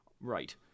right